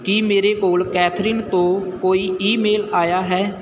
ਕੀ ਮੇਰੇ ਕੋਲ ਕੈਥਰੀਨ ਤੋਂ ਕੋਈ ਈਮੇਲ ਆਇਆ ਹੈ